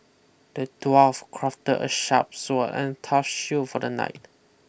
the dwarf crafted a sharp sword and a tough shield for the knight